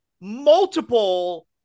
multiple